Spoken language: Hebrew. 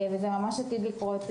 וזה ממש עתיד לקרות,